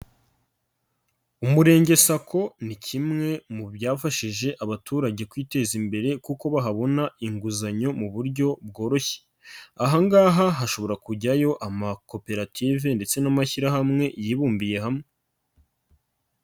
Umurenge sako ni kimwe mu byafashije abaturage kwiteza imbere kuko bahabona inguzanyo mu buryo bworoshye. Aha ngaha hashobora kujyayo amakoperative ndetse n'amashyirahamwe yibumbiye hamwe.